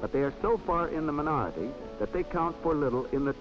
but they are so far in the minority that they count for little if the